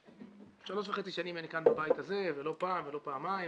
שלוש וחצי שנים אני בבית הזה ולא פעם ולא פעמיים,